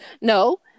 No